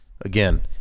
again